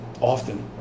Often